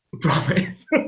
promise